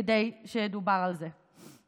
כדי שידובר על זה וימשיכו.